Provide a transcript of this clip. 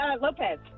Lopez